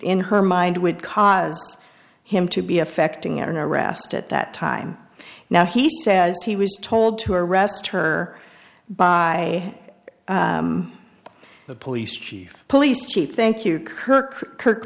in her mind would cause him to be affecting an arrest at that time now he says he was told to arrest her by the police chief police chief thank you kirk kirk